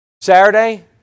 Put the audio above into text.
Saturday